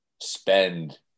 spend